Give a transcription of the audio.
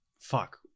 fuck